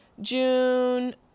June